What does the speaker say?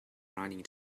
running